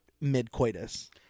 mid-coitus